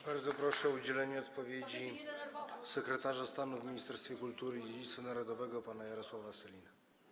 Bardzo proszę o udzielenie odpowiedzi sekretarza stanu w Ministerstwie Kultury i Dziedzictwa Narodowego pana Jarosława Sellina.